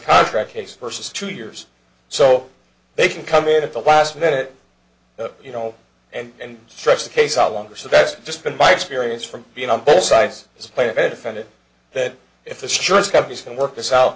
contract case versus two years so they can come in at the last minute you know and stretch the case out longer so that's just been my experience from being on both sides display a benefit that if the stress companies can work this out